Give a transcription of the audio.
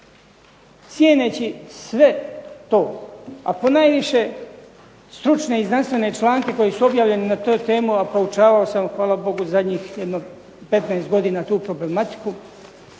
Cijeneći sve to, a ponajviše stručne i znanstvene članke koji su objavljeni na tu temu, a proučavao sam hvala Bogu zadnjih jedno 15 godina tu problematiku,